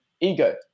ego